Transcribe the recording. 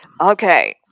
Okay